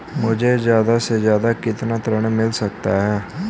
मुझे ज्यादा से ज्यादा कितना ऋण मिल सकता है?